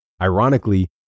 ironically